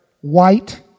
white